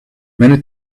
many